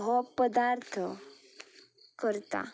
हो पदार्थ करता